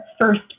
first